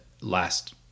last